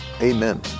Amen